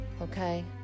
Okay